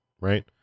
right